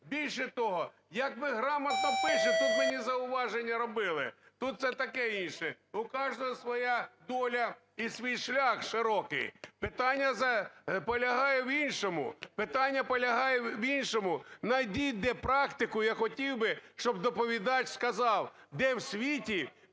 більше того, як ми грамотно пишемо. Тут мені зауваження робили, тут це таке інше, у каждого своя доля і свій шлях широкий. Питання полягає в іншому, питання полягає в іншому: найдіть де практику, я хотів би, щоб доповідач сказав, де в світі